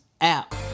app